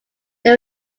they